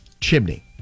chimney